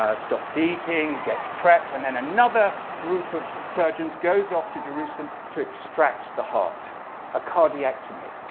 ah stops eating. he gets prepped. and then another group of surgeons goes off to jerusalem to extract the heart a cardiectomy.